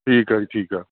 ਠੀਕ ਆ ਜੀ ਠੀਕ ਆ